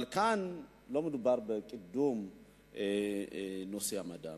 אבל כאן לא מדובר בקידום נושא המדע,